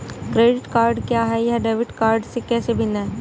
Credit card क्या है और यह डेबिट कार्ड से कैसे भिन्न है?